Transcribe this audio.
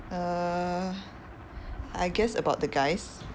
uh I guess about the guys